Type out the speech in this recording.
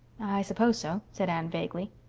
i suppose so, said anne vaguely.